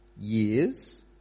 years